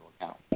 account